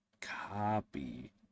copy